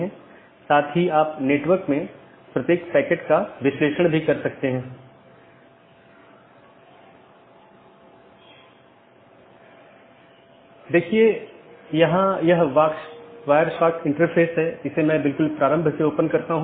दूसरे अर्थ में हमारे पूरे नेटवर्क को कई ऑटॉनमस सिस्टम में विभाजित किया गया है जिसमें कई नेटवर्क और राउटर शामिल हैं जो ऑटॉनमस सिस्टम की पूरी जानकारी का ध्यान रखते हैं हमने देखा है कि वहाँ एक बैकबोन एरिया राउटर है जो सभी प्रकार की चीजों का ध्यान रखता है